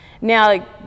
Now